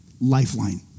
lifeline